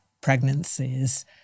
pregnancies